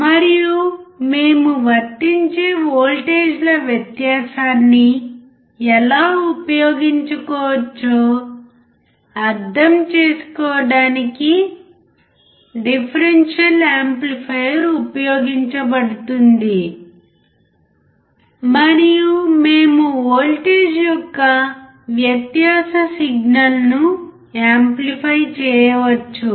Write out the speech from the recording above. మరియు మేము వర్తించే వోల్టేజ్ల వ్యత్యాసాన్ని ఎలా ఉపయోగించవచ్చో అర్థం చేసుకోవడానికి డిఫరెన్షియల్ యాంప్లిఫైయర్ ఉపయోగించబడుతుంది మరియు మేము వోల్టేజ్ యొక్క వ్యత్యాస సిగ్నల్ను యాంప్లిఫై చేయవచ్చు